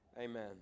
Amen